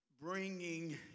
bringing